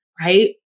right